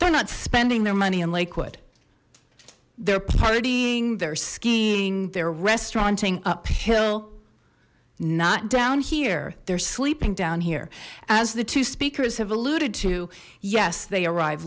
they're not spending their money in lakewood they're partying they're skiing their restaurant appeal not down here they're sleeping down here as the two speakers have alluded to yes they arrive